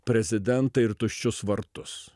prezidentą ir tuščius vartus